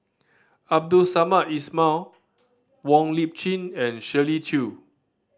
Abdul Samad Ismail Wong Lip Chin and Shirley Chew